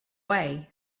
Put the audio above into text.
way